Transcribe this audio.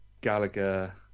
Gallagher